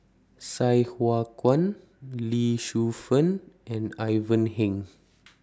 Sai Hua Kuan Lee Shu Fen and Ivan Heng